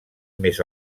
més